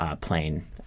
plane